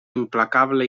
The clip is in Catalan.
implacable